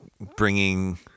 bringing